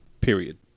period